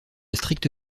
stricte